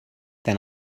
then